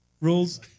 rules